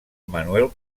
manuel